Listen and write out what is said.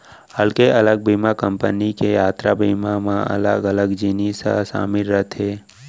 अलगे अलग बीमा कंपनी के यातरा बीमा म अलग अलग जिनिस ह सामिल रथे